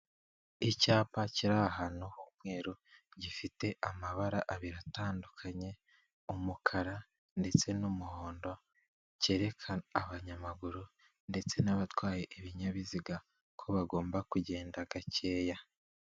Icyapa kiri ahantu h'umweru gifite amabara abiri atandukanye, umukara ndetse n'umuhondo kereka abanyamaguru ndetse n'abatwaye ibinyabiziga ko bagomba kugenda gakeya.